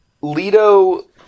Leto